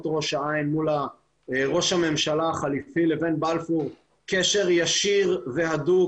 ראש העין מול ראש הממשלה החליפי לבין בלפור קשר ישיר והדוק